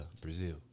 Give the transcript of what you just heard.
Brazil